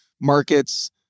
markets